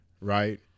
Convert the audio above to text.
right